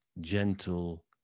gentle